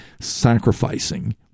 sacrificing